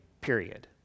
period